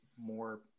more